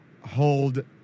hold